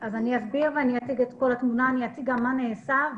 אני אומר מה נעשה,